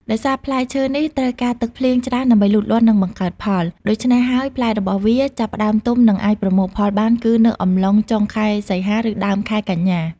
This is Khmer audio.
ដោយសារផ្លែឈើនេះត្រូវការទឹកភ្លៀងច្រើនដើម្បីលូតលាស់និងបង្កើតផល ដូច្នេះហើយផ្លែរបស់វាចាប់ផ្ដើមទុំនិងអាចប្រមូលផលបានគឺនៅអំឡុង ចុងខែសីហា ឬដើមខែកញ្ញា។